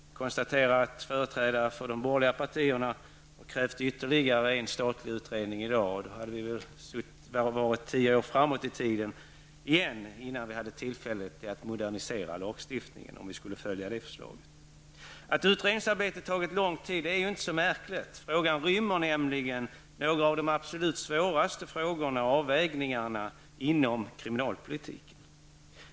Jag konstaterar att företrädare för de borgerliga partierna har krävt ytterligare en statlig utredning i dag. Då skulle vi få gå ytterligare tio år framåt i tiden innan vi fick tillfälle att modernisera lagstiftningen om vi skulle följa det förslaget. Det är inte så märkligt att utredningsarbetet har tagit lång tid. Frågan rymmer nämligen några av de absolut svåraste frågorna och avvägningarna inom kriminalpolitiken.